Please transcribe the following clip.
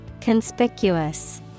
Conspicuous